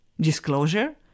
disclosure